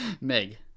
meg